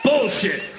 Bullshit